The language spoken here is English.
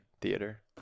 theater